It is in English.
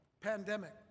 Pandemic